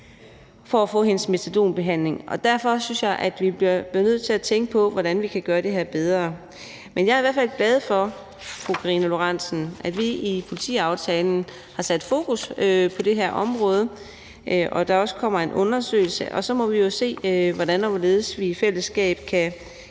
for at få sin metadonbehandling. Derfor synes jeg, at vi bliver nødt til at tænke på, hvordan vi kan gøre det her bedre. Men jeg er i hvert fald glad for, vil jeg sige til fru Karina Lorentzen Dehnhardt, at vi i politiaftalen har sat fokus på det her område, og at der også kommer en undersøgelse. Så må vi jo se, hvordan og hvorledes vi i fællesskab kan